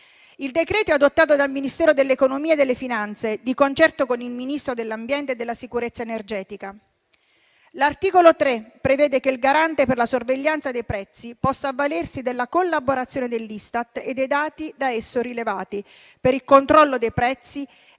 Il decreto è adottato dal Ministero dell'economia e delle finanze, di concerto con il Ministro dell'ambiente e della sicurezza energetica. L'articolo 3 prevede che il Garante per la sorveglianza dei prezzi possa avvalersi della collaborazione dell'Istat e dei dati da esso rilevati per il controllo dei prezzi